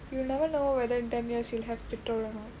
you will never know whether in ten years you'll have petrol or not